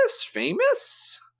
famous